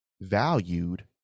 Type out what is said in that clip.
valued